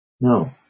no